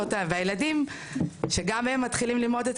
והילדים שגם הם מתחילים ללמוד את